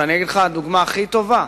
ואני אתן לך דוגמה הכי טובה,